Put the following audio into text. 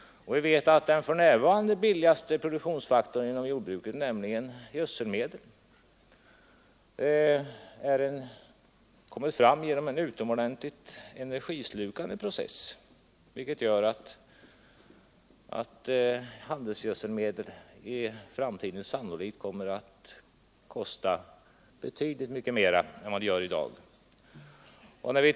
Vi vet att den för närvarande billigaste produktionsfaktorn inom jordbruket, nämligen gödselmedlen, är en produkt som kommer fram efter en utomordentligt energislukande process, och det gör att handelsgödselmedlen i framtiden kommer att kosta betydligt mer än de gör i dag.